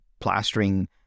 plastering